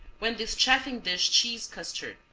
when this chafing dish cheese custard,